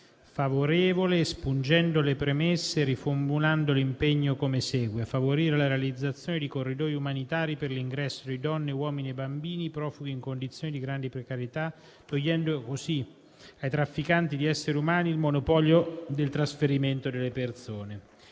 G3.102, espungendo le premesse e riformulando l'impegno come segue: «a favorire la realizzazione di corridoi umanitari per l'ingresso di donne, uomini e bambini profughi in condizioni di grande precarietà, togliendo così ai trafficanti di esseri umani il monopolio del trasferimento delle persone».